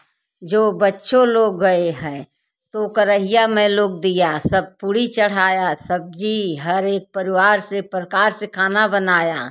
जो बच्चों लोग गए हैं तो कढ़ाई में लोग दिया सब पूड़ी चढ़ाया सब्ज़ी हर एक परिवार से प्रकार से खाना बनाया